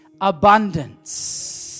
abundance